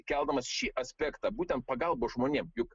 keldamas šį aspektą būtent pagalbos žmonėm juk